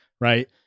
right